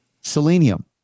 selenium